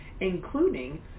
Including